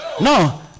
No